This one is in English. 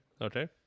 okay